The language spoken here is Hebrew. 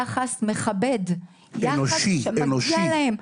יחס מכבד, יחס שמגיע להם.